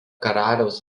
karaliaus